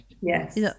Yes